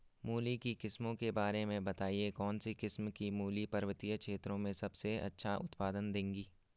मूली की किस्मों के बारे में बताइये कौन सी किस्म की मूली पर्वतीय क्षेत्रों में सबसे अच्छा उत्पादन देंगी?